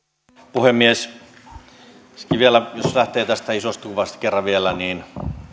puhemies jos lähtee tästä isosta kuvasta kerran vielä niin